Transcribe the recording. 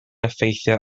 effeithio